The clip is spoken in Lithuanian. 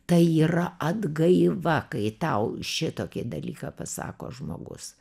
tai yra atgaiva kai tau šitokį dalyką pasako žmogus